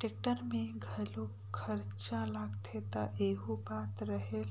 tractor में घलो खरचा लागथे त एहू बात रहेल